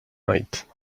night